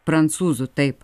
prancūzų taip